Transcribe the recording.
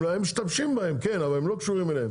הם משתמשים בהם, אבל הם לא קשורים אליהם,